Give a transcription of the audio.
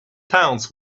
towns